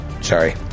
Sorry